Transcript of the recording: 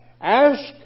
Ask